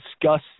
discuss